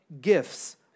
gifts